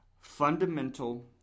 Fundamental